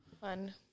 Fun